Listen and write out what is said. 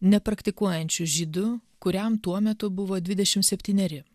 nepraktikuojančiu žydu kuriam tuo metu buvo dvidešimt septyneri